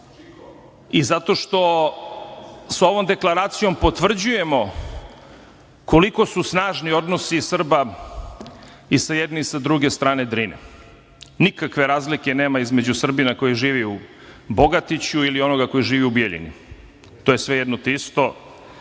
i zato što sa ovom deklaracijom potvrđujemo koliko su snažni odnosi Srba i sa jedne i sa druge strane Drine. Nikakve razlike nema između Srbina koji živi u Bogatiću ili onoga koji živi u Bijeljini. To je sve jedno te isto